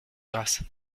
grâce